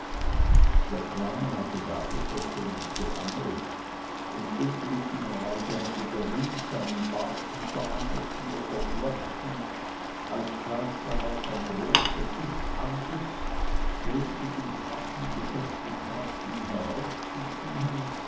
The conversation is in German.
der kleine hatte da gesessen und geangelt und unglücklicherweise hatte der wind seinen bart mit der angelschnur verflochten als gleich darauf ein großer fisch anbiß fehlten dem schwachen geschöpf die kräfte ihn herauszuziehen